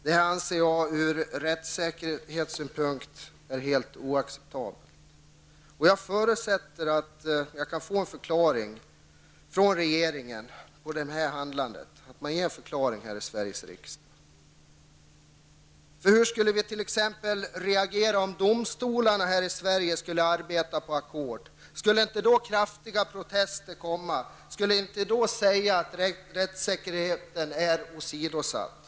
Detta anser jag ur rättssäkerhetssynpunkt vara helt oacceptabelt. Jag förutsätter att regeringen kan förklara detta handlande för Sveriges riksdag. Hur skulle vi reagera om domstolarna här i Sverige skulle arbeta på ackord? Skulle det inte då bli kraftiga protester, och skulle man säga att rättssäkerheten var åsidosatt?